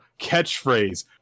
Catchphrase